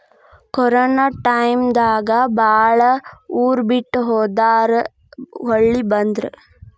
corona time ದಾಗ ಬಾಳ ಮಂದಿ ಊರ ಬಿಟ್ಟ ಹೊದಾರ ಹೊಳ್ಳಿ ಬಂದ್ರ